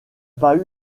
pas